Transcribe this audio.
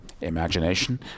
imagination